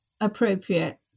appropriate